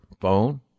phone